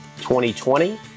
2020